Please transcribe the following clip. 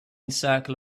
circle